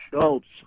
Schultz